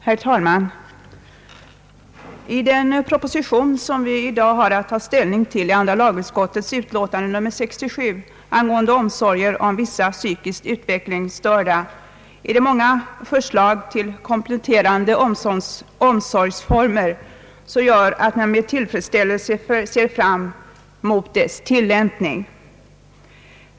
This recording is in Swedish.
Herr talman! Den fråga som vi i dag har att ta ställning till, andra lagutskottets utlåtande nr 67 angående omsorger om vissa psykiskt utvecklingsstörda, omfattar många förslag till kompletterande omsorgsformer, som gör att man med tillfredsställelse ser fram mot lagens tillämpning.